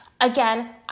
Again